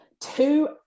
two